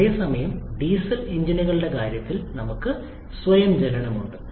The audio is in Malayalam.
അതേസമയം ഡീസൽ എഞ്ചിനുകളുടെ കാര്യത്തിൽ നമുക്ക് സ്വയം ജ്വലനം ഉണ്ട്